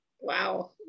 Wow